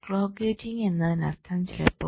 clock gating എന്നതിനർത്ഥം ചിലപ്പോൾ